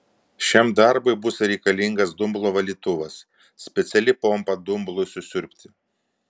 šiam darbui bus reikalingas dumblo valytuvas speciali pompa dumblui susiurbti